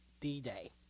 D-Day